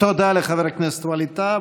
תודה לחבר הכנסת ווליד טאהא.